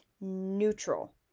neutral